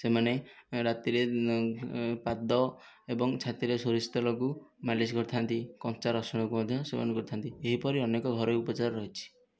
ସେମାନେ ରାତିରେ ପାଦ ଏବଂ ଛାତିରେ ସୋରିଷ ତେଲକୁ ମାଲିସ କରିଥାନ୍ତି କଞ୍ଚା ରସୁଣକୁ ମଧ୍ୟ ସେବନ କରିଥାନ୍ତି ଏହିପରି ଅନେକ ଘରୋଇ ଉପଚାର ରହିଛି